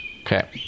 Okay